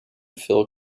phil